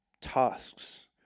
tasks